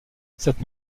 cette